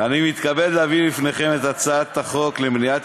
אני מתכבד להביא בפניכם את הצעת חוק למניעת